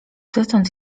dotąd